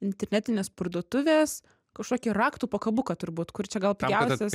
internetinės parduotuvės kažkokį raktų pakabuką turbūt kur čia gal pigiausias